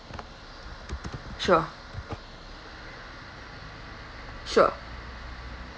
sure sure